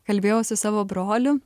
kalbėjau su savo broliu